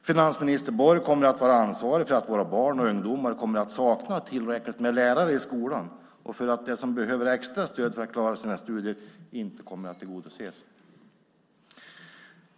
Finansminister Borg blir ansvarig för att våra barn och ungdomar kommer att sakna tillräckligt med lärare i skolan och för att behovet av extra stöd till dem som behöver det för att klara sina studier inte kommer att tillgodoses.